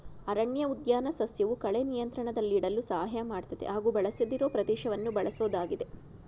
ಅರಣ್ಯಉದ್ಯಾನ ಸಸ್ಯವು ಕಳೆ ನಿಯಂತ್ರಣದಲ್ಲಿಡಲು ಸಹಾಯ ಮಾಡ್ತದೆ ಹಾಗೂ ಬಳಸದಿರೋ ಪ್ರದೇಶವನ್ನ ಬಳಸೋದಾಗಿದೆ